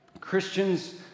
Christians